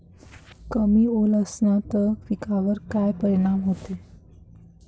कमी ओल असनं त पिकावर काय परिनाम होते?